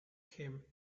him